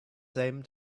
same